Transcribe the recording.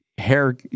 hair